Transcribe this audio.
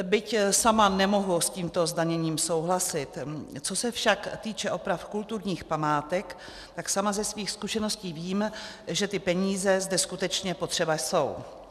Byť sama nemohu s tímto zdaněním souhlasit, co se však týká opravy kulturních památek, tak sama ze svých zkušeností vím, že ty peníze zde skutečně potřeba jsou.